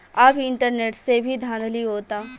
अब इंटरनेट से भी धांधली होता